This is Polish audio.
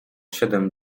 siedem